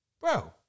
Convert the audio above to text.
bro